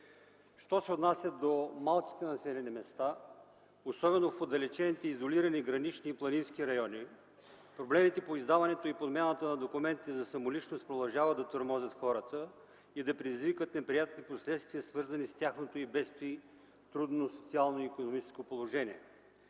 Що се отнася до малките населени места, особено в отдалечените, изолирани гранични и планински райони, проблемите по издаването и подмяната на документите за самоличност продължават да тормозят хората и да предизвикват неприятни последствия, свързани с тяхното и без това трудно социално и икономическо положение.